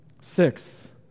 Sixth